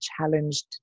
challenged